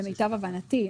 למיטב הבנתי,